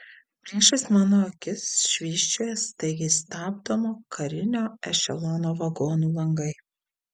priešais mano akis švysčioja staigiai stabdomo karinio ešelono vagonų langai